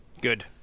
Good